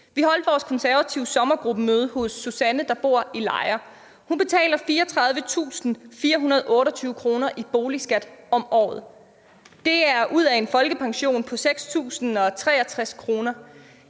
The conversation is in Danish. Vi holdt vores konservative sommergruppemøde hos Susanne, der bor i Lejre. Hun betaler 34.428 kr. i boligskat om året. Det er ud af en folkepension på 6.063 kr.